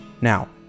Now